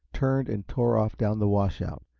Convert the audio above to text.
turned and tore off down the washout,